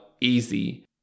easy